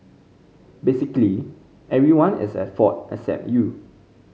basically everyone is at fault except you